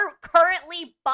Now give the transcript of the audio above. currently